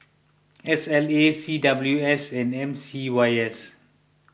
S L A C W S and M C Y S